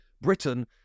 Britain